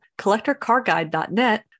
CollectorCarGuide.net